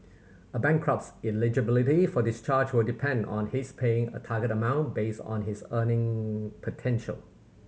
a bankrupt's eligibility for discharge will depend on his paying a target amount based on his earning potential